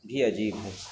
بھی عجیب ہے